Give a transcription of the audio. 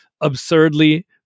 absurdly